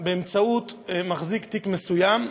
באמצעות מחזיק תיק מסוים,